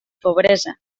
pobresa